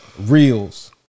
reels